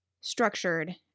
structured